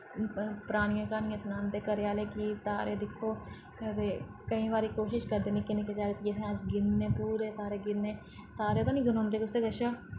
परानियां क्हानियां सनांदे घरे आह्ले कि तारे दिक्खो ते केईं बारी कोशिश करदे निक्के निक्के जाकत ते अस गिनने पूरे तारे गिनने तारे ते नि गनोंदे कुसै कशा